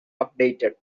updated